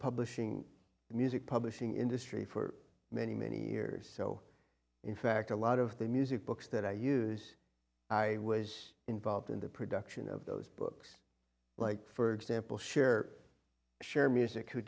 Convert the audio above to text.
publishing and music publishing industry for many many years so in fact a lot of the music books that i use i was involved in the production of those books like for example share share music who